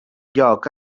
lloc